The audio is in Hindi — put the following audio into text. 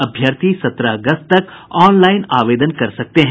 अभ्यर्थी सत्रह अगस्त तक ऑनलाइन आवेदन कर सकते हैं